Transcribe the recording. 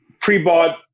pre-bought